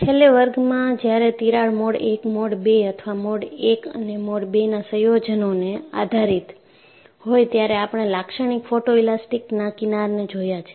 છેલ્લે વર્ગમાં જ્યારે તિરાડ મોડ 1 મોડ 2 અથવા મોડ 1 અને મોડ 2 ના સંયોજનને આધારિત હોય ત્યારે આપણે લાક્ષણિક ફોટોએલાસ્ટિકના કિનારને જોયા છે